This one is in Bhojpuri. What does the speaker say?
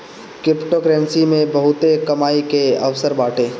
क्रिप्टोकरेंसी मे बहुते कमाई के अवसर बाटे